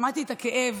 שמעתי את הכאב.